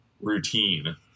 routine